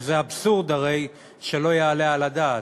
וזה אבסורד, הרי, שלא יעלה על הדעת.